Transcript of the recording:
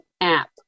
app